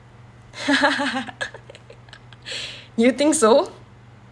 you think so